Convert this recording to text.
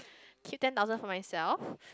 keep ten thousand for myself